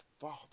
Father